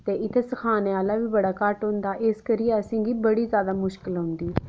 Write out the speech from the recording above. ते इत्थै सखाने आह्ला बी बड़ा घट्ट होंदा इस करियै असेंगी बड़ी ज्यादा मुश्कल औंदी